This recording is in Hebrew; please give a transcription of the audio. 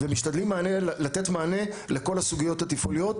ומשתדלים לתת מענה לכל הסוגיות התפעוליות,